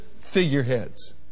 figureheads